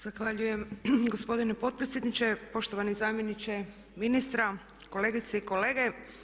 Zahvaljujem gospodine potpredsjedniče, poštovani zamjeniče ministra, kolegice i kolege.